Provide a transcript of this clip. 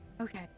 Okay